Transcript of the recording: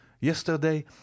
yesterday